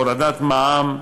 הורדת מע"מ,